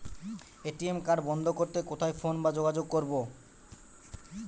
ATM card বন্ধ করতে কোথায় ফোন বা যোগাযোগ করব?